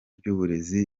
ry’uburezi